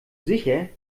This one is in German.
sicher